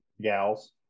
gals